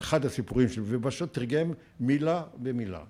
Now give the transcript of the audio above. ‫אחד הסיפורים שהוא מביא בשו״ת, תרגם מילה במילה.